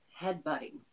headbutting